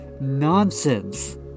nonsense